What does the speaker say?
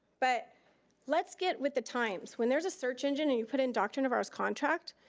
but let's get with the times. when there's a search engine and you put in dr. navarro's contract,